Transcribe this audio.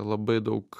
labai daug